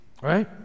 right